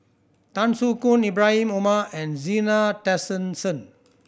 Tan Soo Khoon Ibrahim Omar and Zena Tessensohn